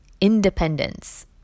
independence